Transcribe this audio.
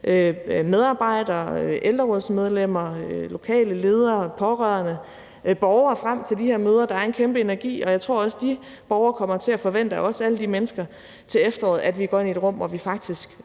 medarbejdere, ældrerådsmedlemmer, lokale ledere, pårørende og borgere op til de her møder. Der er en kæmpe energi, og jeg tror også, at de borgere, alle de mennesker, kommer til at forvente, at vi til efteråret går ind i et rum, hvor vi faktisk